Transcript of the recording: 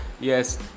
yes